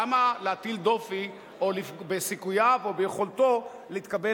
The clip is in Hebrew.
למה להטיל דופי בסיכוייו או ביכולתו להתקבל